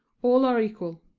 all are equal.